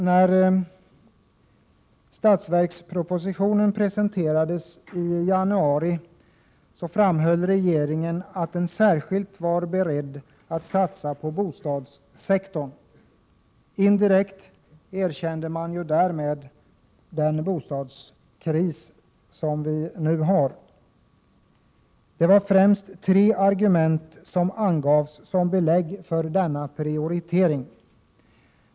När budgetpropositionen presenterades i januari framhöll regeringen att den särskilt var beredd att satsa på bostadssektorn. Indirekt erkände man därmed den bostadskris som vi nu har. Det var främst tre argument som angavs som belägg för denna prioritering.